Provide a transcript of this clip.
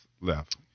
left